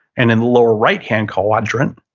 and in the lower right-hand quadrant,